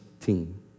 team